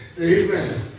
amen